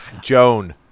Joan